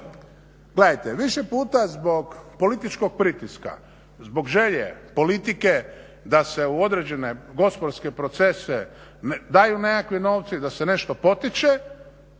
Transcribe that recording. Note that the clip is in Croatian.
Gledajte, više puta zbog političkog pritiska, zbog želje politike da se u određene gospodarske procese daju nekakve novce i da se nešto potiče,